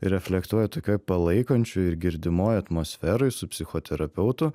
ir reflektuoja tokioj palaikančioj ir girdimoj atmosferoj su psichoterapeutu